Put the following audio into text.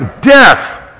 Death